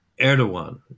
Erdogan